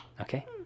Okay